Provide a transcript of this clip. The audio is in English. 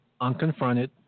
Unconfronted